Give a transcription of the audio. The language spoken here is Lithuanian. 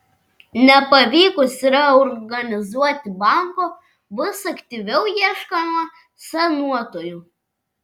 nepavykus reorganizuoti banko bus aktyviau ieškoma sanuotojų